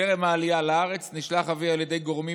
טרם העלייה לארץ נשלח אבי על ידי גורמים